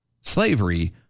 slavery